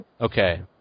Okay